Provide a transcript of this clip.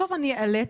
בסוף אני איאלץ